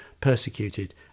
persecuted